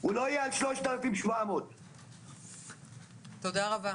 הוא לא יהיה על 3,700. תודה רבה.